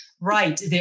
Right